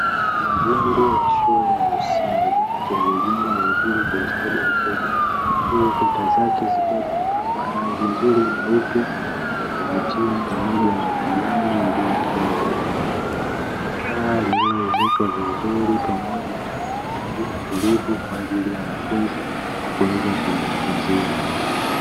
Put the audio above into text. Majengo ya shule ya msingi yaliyojengwa vizuri kwa ustadi mkubwa. Huku kuta zake zikiwa zimepakwa rangi nzuri nyeupe ya kuvutia pamoja na kijani iliyokozwa. Paa lililoezekwa vizuri pamoja na mazingira tulivu kwa ajili ya wanafunzi kuweza kujifunzia.